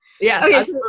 yes